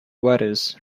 waters